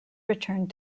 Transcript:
returned